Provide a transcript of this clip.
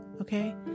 okay